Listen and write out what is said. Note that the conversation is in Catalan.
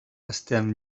estem